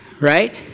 right